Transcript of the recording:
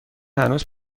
هنوز